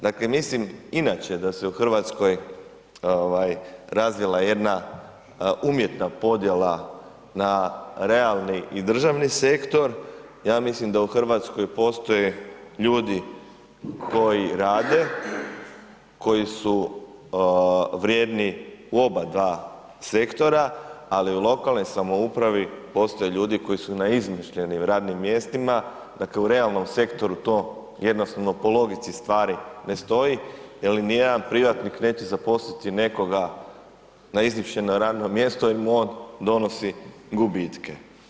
Dakle mislim inače da se u Hrvatskoj razvila jedna umjetna podjela na realni i državni sektor, ja mislim da u Hrvatskoj postoje ljudi koji rade, koji su vrijedni u oba dva sektora ali u lokalnoj samoupravi postoje ljudi koji su na izmišljenim radnim mjestima, dakle u realnom sektoru jednostavno po logici stvari ne stoji jer nijedan privatnik neće zaposliti nekoga na izmišljeno radno mjesto jer mu on donosi gubitke.